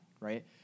Right